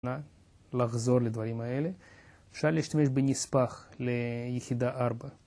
לחזור לדברים האלה, אפשר להשתמש בנספח ליחידה ארבע.